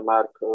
Mark